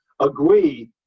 agree